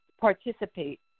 participate